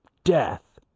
death!